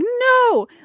no